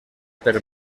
per